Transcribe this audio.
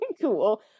cool